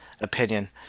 opinion